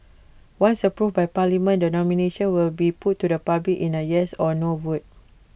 once approved by parliament the nomination will be put to the public in A yes or no vote